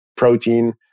protein